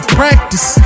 practice